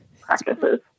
practices